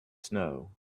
snow